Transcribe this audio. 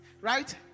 Right